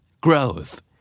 Growth